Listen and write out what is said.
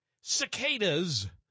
cicadas